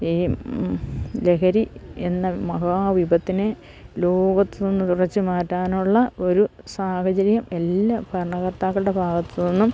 ഈ ലഹരിയെന്ന മഹാവിപത്തിനെ ലോകത്ത് നിന്ന് തുടച്ചുമാറ്റാനുള്ളൊരു സാഹചര്യം എല്ലാ ഭരണകർത്താക്കളുടെയും ഭാഗത്തുനിന്നും